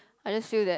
I just feel that